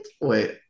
wait